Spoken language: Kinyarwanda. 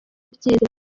byiza